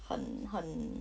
很很